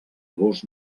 gos